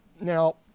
Now